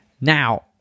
now